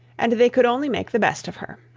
and they could only make the best of her.